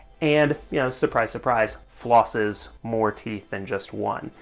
and you know surprise, surprise, flosses more teeth than just one.